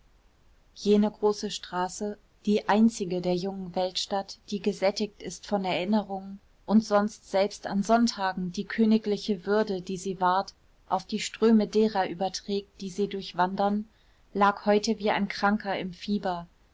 jene große straße die einzige der jungen weltstadt die gesättigt ist von erinnerungen und sonst selbst an sonntagen die königliche würde die sie wahrt auf die ströme derer überträgt die sie durchwandern lag heute wie ein kranker im fieber